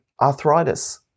arthritis